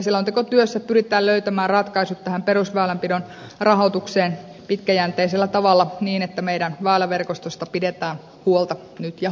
selontekotyössä pyritään löytämään ratkaisut tähän perusväylänpidon rahoitukseen pitkäjänteisellä tavalla niin että meidän väyläverkostostamme pidetään huolta nyt ja huomenna